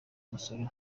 umusoro